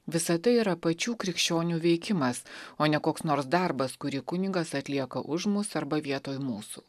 visa tai yra pačių krikščionių veikimas o ne koks nors darbas kurį kunigas atlieka už mus arba vietoj mūsų